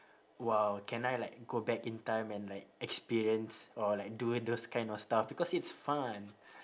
!wow! can I like go back in time and like experience or like do those kind of stuff because it's fun